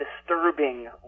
disturbing